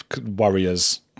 warriors